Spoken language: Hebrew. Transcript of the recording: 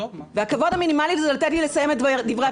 והכבוד המינימלי זה לתת לי לסיים את דברי הפתיחה שלי.